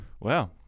Wow